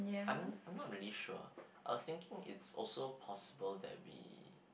I'm not really sure I was thinking it's also possible that we